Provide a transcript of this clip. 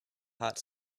hot